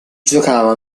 giocava